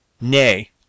Nay